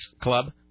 club